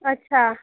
अच्छा